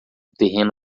terreno